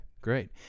great